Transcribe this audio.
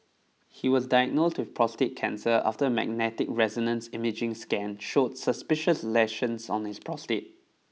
he was diagnosed with prostate cancer after a magnetic resonance imaging scan showed suspicious lesions on his prostate